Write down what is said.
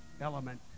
element